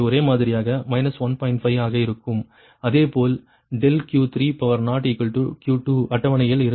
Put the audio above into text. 5 ஆக இருக்கும் அதே போல் ∆Q3Q2 அட்டவணையில் இருந்து Q3கணக்கிடப்பட்டது